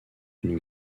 une